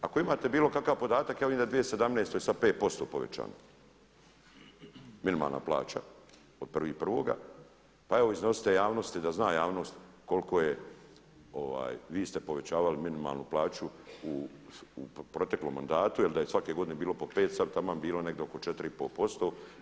Ako imate bilo kakav podatak ja vidim da je u 2017. sada 5% povećano minimalna plaća od 1.1. a evo iznosite javnosti da zna javnost koliko je, vi ste povećavali minimalnu plaću u proteklom mandatu jer da je svake godine bilo po 5, sada bi taman bilo negdje oko 4,5%